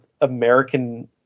American